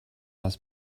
das